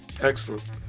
Excellent